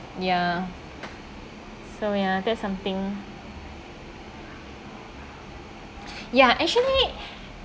ya so ya that's something ya actually